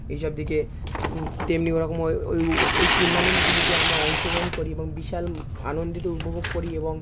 এই সব দিকে তেমনি ওরকম ওই টুর্নামেন্টগুলিতে আমরা অংশগ্রহণ করি এবং বিশাল আনন্দ উপভোগ করি এবং